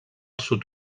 sud